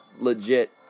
legit